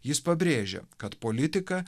jis pabrėžia kad politika